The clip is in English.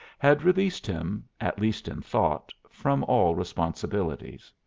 had released him, at least in thought, from all responsibilities.